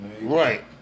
Right